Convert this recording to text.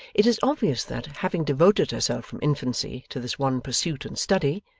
it is obvious that, having devoted herself from infancy to this one pursuit and study,